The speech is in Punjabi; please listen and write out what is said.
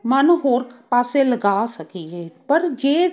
ਮਨ ਹੋਰ ਪਾਸੇ ਲਗਾ ਸਕੀਏ ਪਰ ਜੇ